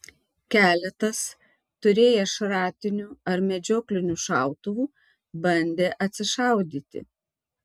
keletas turėję šratinių ar medžioklinių šautuvų bandė atsišaudyti